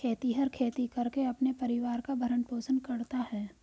खेतिहर खेती करके अपने परिवार का भरण पोषण करता है